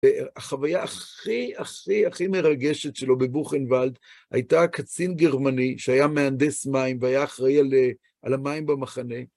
והחוויה הכי, הכי, הכי מרגשת שלו בבוכנבאלד הייתה קצין גרמני שהיה מהנדס מים והיה אחראי על המים במחנה.